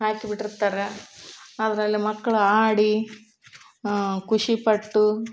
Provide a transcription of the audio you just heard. ಹಾಕಿಬಿಟ್ಟಿರ್ತಾರ ಅದರಲ್ಲಿ ಮಕ್ಕಳು ಆಡಿ ಖುಷಿಪಟ್ಟು